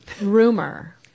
rumor